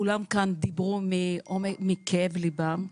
וכולם כאן דיברו מכאב ליבם,